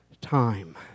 Time